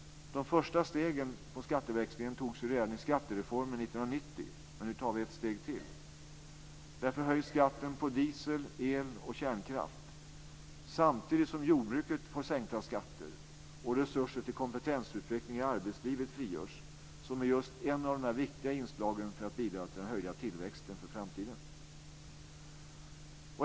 De första stegen mot skatteväxlingen togs redan i skattereformen 1990, men nu tar vi ett steg till. Därför höjs skatten på diesel, el och kärnkraft samtidigt som jordbruket får sänkta skatter och resurser till kompetensutveckling i arbetslivet frigörs. Det är ett av de viktiga inslagen för att bidra till den höjda tillväxten för framtiden.